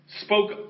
spoke